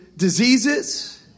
diseases